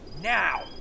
now